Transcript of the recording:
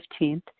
15th